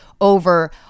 over